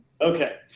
Okay